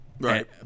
Right